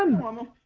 um one of